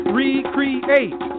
recreate